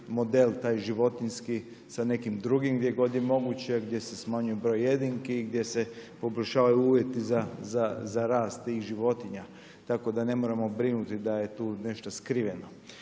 model taj životinjski sa nekim drugim gdje god je moguće, gdje se smanjuje broj jedinki, gdje se poboljšavaju uvjeti za rast tih životinja. Tako da ne moramo brinuti da je tu nešto skriveno.